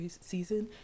season